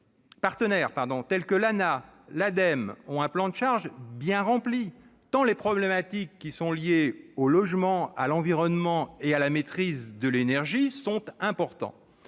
partenaires tels que l'ANAH ou l'Ademe ont un plan de charge bien rempli, tant les problématiques liées au logement, à l'environnement et à la maîtrise de l'énergie sont importantes.